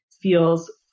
feels